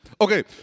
Okay